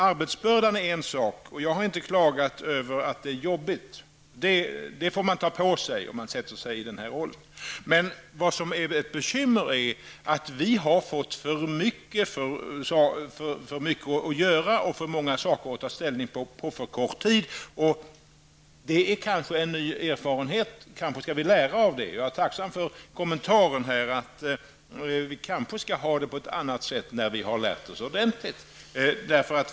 Arbetsbördan är en sak, och jag har inte klagat över att det är jobbigt; det får man ta på sig om man går in i den här situationen. Bekymret är däremot att vi har fått för mycket att göra och för många frågor att ta ställning till på för kort tid. Det är en ny erfarenhet, och kanske skall vi lära av den. Jag är tacksam för kommentaren om att vi kanske skall ha det på ett annat sätt när vi väl har lärt oss ordentligt.